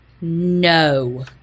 No